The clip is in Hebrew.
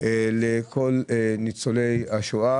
לכל ניצולי השואה.